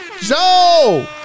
Joe